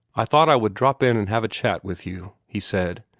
i thought i would drop in and have a chat with you, he said,